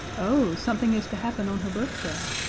oh, something is to happen on her birthday?